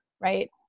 right